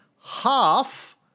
half